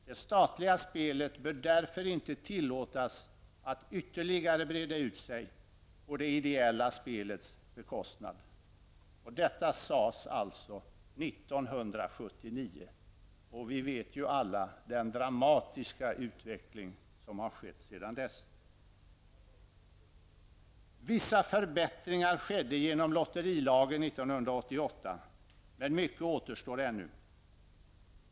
Det statliga spelet bör därför inte tillåtas att ytterligare breda ut sig på det ideella spelets bekostnad.'' Detta uttalades 1979 och alla är vi ju medvetna om den dramatiska utveckling som har skett sedan dess. 1988, men ännu återstår mycket.